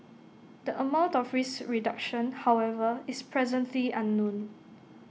the amount of risk reduction however is presently unknown